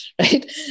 right